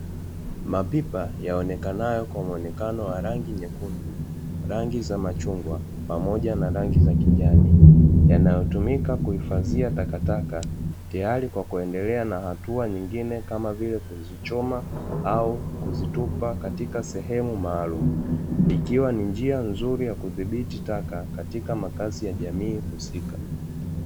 Mapipa yaonekanayo kwa mwonekano wa rangi nyekundu, rangi za machungwa pamoja na rangi za kijani, yanayotumika kuhifadhia takataka tayari kwa kuendelea na hatua nyingine kama vile kuzichoma au kuzitupa katika sehemu maalumu, ikiwa ni njia nzuri ya kudhibiti taka katika makazi ya jamii husika.